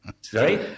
Sorry